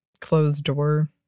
closed-door